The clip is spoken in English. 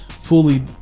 fully